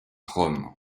rome